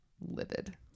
livid